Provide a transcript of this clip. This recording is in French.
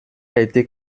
été